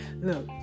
Look